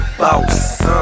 boss